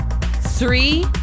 Three